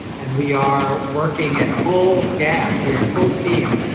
and we are working at full gas here and full steam.